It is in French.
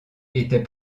était